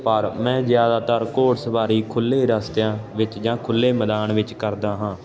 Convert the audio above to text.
ਪਰ ਮੈਂ ਜ਼ਿਆਦਾਤਰ ਘੋੜਸਵਾਰੀ ਖੁੱਲ੍ਹੇ ਰਸਤਿਆਂ ਵਿੱਚ ਜਾਂ ਖੁੱਲ੍ਹੇ ਮੈਦਾਨ ਵਿੱਚ ਕਰਦਾ ਹਾਂ